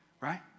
right